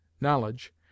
knowledge